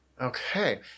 Okay